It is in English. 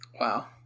wow